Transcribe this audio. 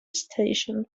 station